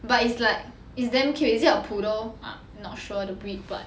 but it's like it's damn cute is it a um poodle not sure the breed but